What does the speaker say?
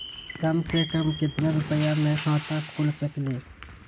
कम से कम केतना रुपया में खाता खुल सकेली?